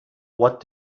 what